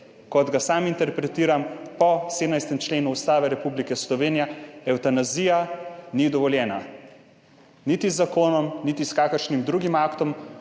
Kot ga sam interpretiram, po 17. členu Ustave Republike Slovenije evtanazija ni dovoljena niti z zakonom niti s kakšnim drugim aktom.